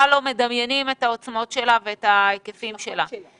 לא מדמיינים את העוצמות וההיקפים שלה.